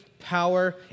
power